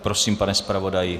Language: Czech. Prosím, pane zpravodaji.